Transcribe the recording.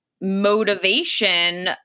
motivation